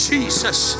Jesus